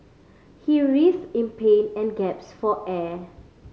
he writhed in pain and gasped for air